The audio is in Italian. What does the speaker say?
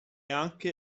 anche